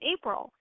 April